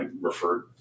referred